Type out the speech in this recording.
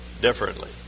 differently